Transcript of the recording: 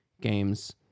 games